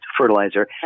fertilizer